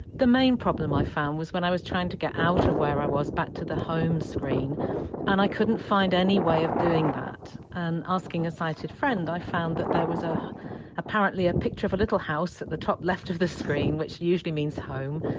the main problem, i found, was when i was trying to get out of where i was back to the home screen and i couldn't find any way of doing that. and asking a sighted friend i found that there was ah apparently a picture of a little house at the top left of the screen which usually means home,